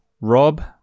Rob